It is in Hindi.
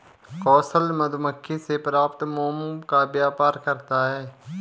कौशल मधुमक्खी से प्राप्त मोम का व्यापार करता है